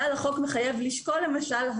החוק מחייב לשקול למשל,